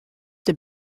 have